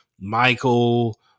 Michael